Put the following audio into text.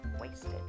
wasted